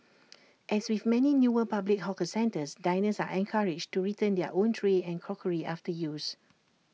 as with many newer public hawker centres diners are encouraged to return their own tray and crockery after use